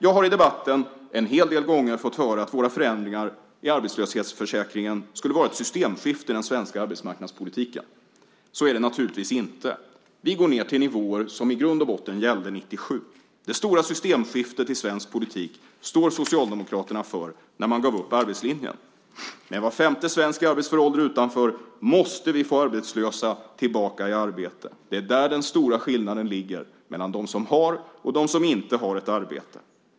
Jag har i debatten en hel del gånger fått höra att våra förändringar i arbetslöshetsförsäkringen skulle vara ett systemskifte i den svenska arbetsmarknadspolitiken. Så är det naturligtvis inte. Vi går ned till de nivåer som i grund och botten gällde 1997. Det stora systemskiftet i svensk politik stod Socialdemokraterna för när de gav upp arbetslinjen. Med var femte svensk i arbetsför ålder utanför måste vi få arbetslösa tillbaka i arbete. Det är där den stora skillnaden ligger mellan dem som har och dem som inte har ett arbete.